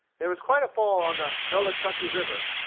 there was quite a fall on the nolachucky river,